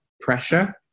pressure